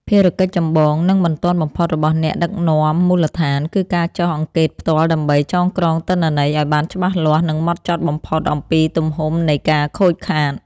ភារកិច្ចចម្បង និងបន្ទាន់បំផុតរបស់អ្នកដឹកនាំមូលដ្ឋាន គឺការចុះអង្កេតផ្ទាល់ដើម្បី ចងក្រងទិន្នន័យឱ្យបានច្បាស់លាស់ និងហ្មត់ចត់បំផុតអំពីទំហំនៃការខូចខាត។